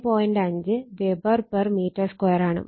5 Wb m2 ആണ്